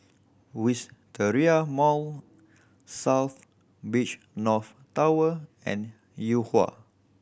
Wisteria Mall South Beach North Tower and Yuhua